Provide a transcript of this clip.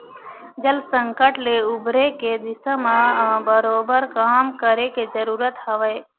जल संकट ले उबरे के दिशा म बरोबर काम करे के जरुरत हवय